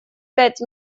пять